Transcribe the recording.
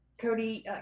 Cody